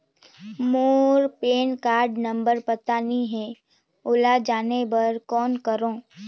मोर PAN card number पता नहीं है, ओला जाने बर कौन करो?